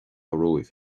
romhaibh